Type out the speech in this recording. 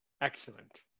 Excellent